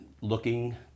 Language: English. looking